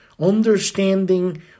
Understanding